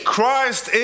Christ